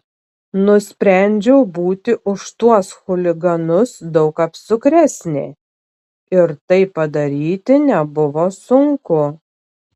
nusprendžiau būti už tuos chuliganus daug apsukresnė ir tai padaryti nebuvo sunku